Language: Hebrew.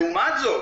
לעומת זאת